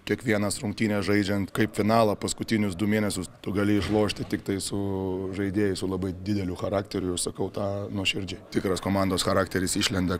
kiekvienas rungtynes žaidžiant kaip finalą paskutinius du mėnesius tu gali išlošti tiktai su žaidėjais su labai dideliu charakteriu sakau tą nuoširdžiai tikras komandos charakteris išlenda